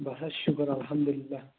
بَس حظ شُکُر الحمدُ للہ